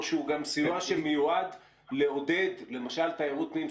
שהוא גם סיוע שמיועד לעודד למשל תיירות פנים?